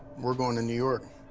we're going to new york.